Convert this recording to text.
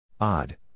Odd